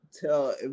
Tell